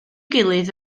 gilydd